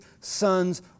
son's